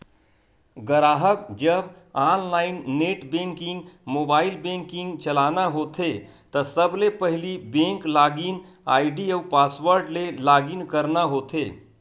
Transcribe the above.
गराहक जब online net banking, mobile banking चलाना होथे त सबले पहिली बेंक लॉगिन आईडी अउ पासवर्ड ले लॉगिन करना होथे